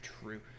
true